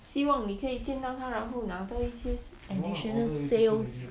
希望你可以见到他然后拿多一些 additional sales